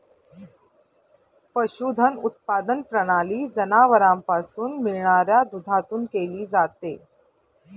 पशुधन उत्पादन प्रणाली जनावरांपासून मिळणाऱ्या दुधातून केली जाते